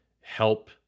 help